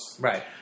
right